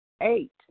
Eight